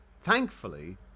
Thankfully